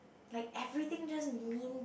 like everything just means